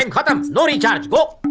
and kind of um no recharge. go.